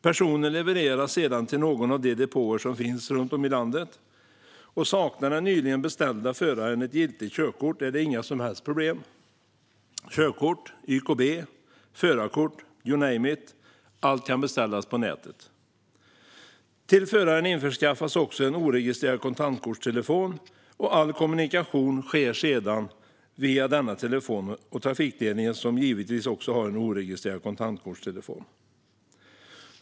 Personen levereras sedan till någon av de depåer som finns runt om i landet. Saknar den nyligen beställda föraren ett giltigt körkort är det inga som helst problem. Körkort, YKB, förarkort - you name it - allt kan beställas på nätet. Till föraren införskaffas också en oregistrerad kontantkortstelefon, och all kommunikation sker sedan via denna telefon och trafikledningen, som givetvis också har en oregistrerad kontantkortstelefon.